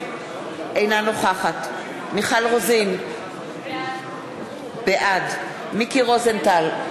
אינה נוכחת מיכל רוזין, בעד מיקי רוזנטל,